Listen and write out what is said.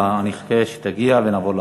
נחכה שתגיע ונעבור להצבעה.